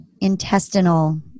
intestinal